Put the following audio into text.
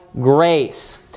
grace